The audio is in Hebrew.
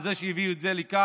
על זה שהביא את זה לכאן.